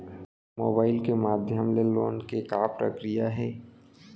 Mobile के माधयम ले लोन के का प्रक्रिया हे?